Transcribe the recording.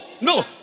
no